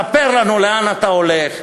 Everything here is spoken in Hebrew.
ספר לנו לאן אתה הולך,